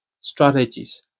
strategies